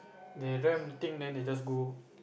they ram thing then they just go